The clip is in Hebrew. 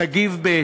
תגיב בהתאם.